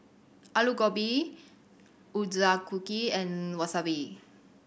Alu Gobi Ochazuke and Wasabi